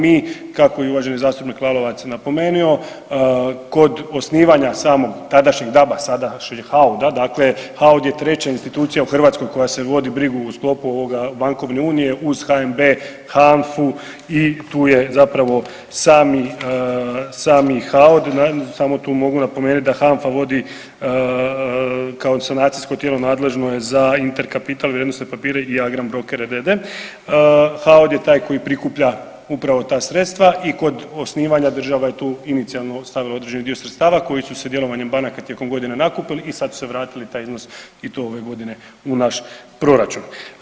Mi kako je uvaženi zastupnik Lalovac napomenuo, kod osnivanja samog tadašnjeg DAB-a, sada HAUD, HAOD je treća institucija u Hrvatskoj koja vodi brigu u sklopu bankovne unije uz HNB, HANFA-u i tu je zapravo sami HAOD, samo tu mogu napomenuti da HANFA vodi kao sanacijsko tijelo nadležno je za inter kapital, vrijednosne papire i Agram brokere d.d., HAOD je taj koji prikuplja upravo ta sredstva i kod osnivanja, država je tu inicijalno ostavila određeni dio sredstava koji su se djelovanjem banaka tijekom godine nakupili i sad su vratili taj iznos i to ove godine u naš proračun.